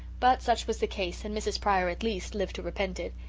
but such was the case and mrs. pryor at least lived to repent it.